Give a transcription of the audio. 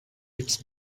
its